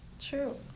True